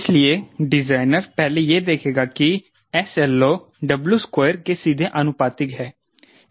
इसलिए डिजाइनर पहले यह देखेगा कि 𝑠LO W2 के सीधे आनुपातिक है